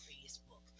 Facebook